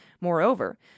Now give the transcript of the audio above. Moreover